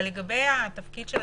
אבל לגבי תפקיד הנציבות,